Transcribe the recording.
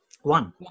One